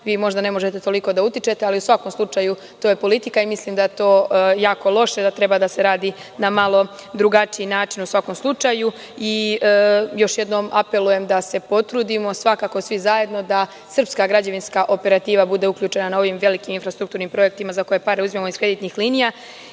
možda ne možete toliko da utičete, ali u svakom slučaju to je politika i mislim da to jako loše i da treba da se radi na malo drugačiji način u svakom slučaju. Još jednom apelujem da se potrudimo svakako svi zajedno da srpska građevinska operativa bude uključena na ovim velikim infrastrukturnim projektima za koje pare uzimamo iz kreditnih